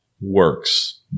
works